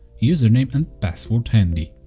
username, and password handy,